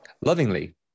lovingly